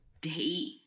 date